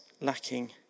lacking